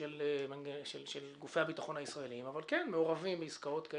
של גופי הביטחון הישראלים, אבל מעורבים בעסקאות של